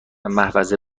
محفظه